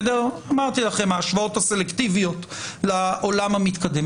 אמרתי לכם ההשוואות הסלקטיביות לעולם המתקדם.